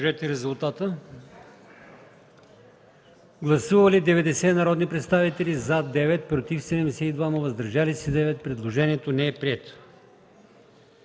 от комисията. Гласували 90 народни представители: за 9, против 72, въздържали се 9. Предложението не е прието.